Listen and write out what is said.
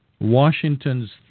Washington's